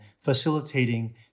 facilitating